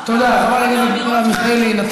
האמירות שלו וגם האי-אמירות שלו.